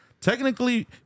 Technically